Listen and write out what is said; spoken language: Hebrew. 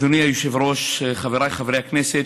אדוני היושב-ראש, חבריי חברי הכנסת,